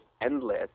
endless